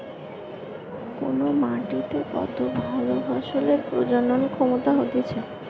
কোন মাটিতে কত ভালো ফসলের প্রজনন ক্ষমতা হতিছে